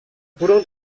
burung